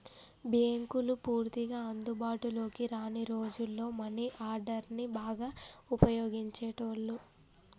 బ్యేంకులు పూర్తిగా అందుబాటులోకి రాని రోజుల్లో మనీ ఆర్డర్ని బాగా వుపయోగించేటోళ్ళు